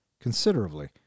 considerably